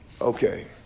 Okay